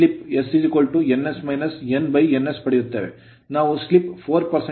ನಾವು slip slip 4 ಅಥವಾ 0